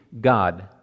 God